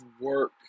work